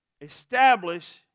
establish